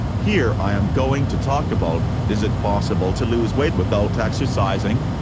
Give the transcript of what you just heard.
here i am going to talk about is it possible to lose weight without exercising?